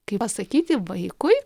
kaip pasakyti vaikui